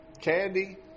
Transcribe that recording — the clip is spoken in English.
candy